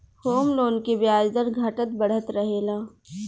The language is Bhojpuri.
होम लोन के ब्याज दर घटत बढ़त रहेला